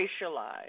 racialized